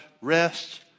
rest